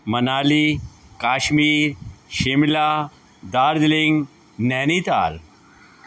Manali Kashmir Shimla Darjeeling Nainital